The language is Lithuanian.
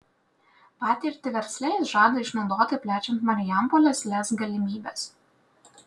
patirtį versle jis žada išnaudoti plečiant marijampolės lez galimybes